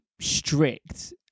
strict